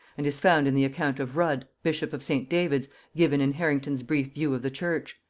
and is found in the account of rudd bishop of st. davids given in harrington's brief view of the church.